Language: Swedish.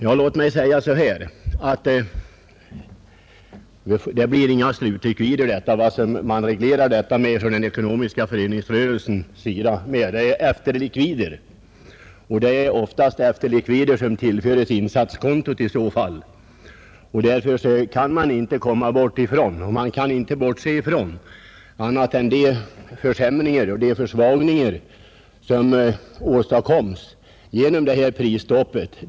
Låt mig säga att det blir ingen slutlikvid. Den ekonomiska föreningsrörelsen reglerar med efterlikvider, som oftast tillföres insatskontot. Därför kan man inte bortse från de försämringar och försvagningar som åstadkoms genom prisstoppet.